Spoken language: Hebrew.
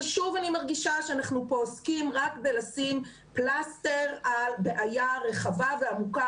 שוב אני מרגישה שאנחנו פה עוסקים רק בלשים פלסטר על בעיה רחבה ועמוקה